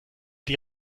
dir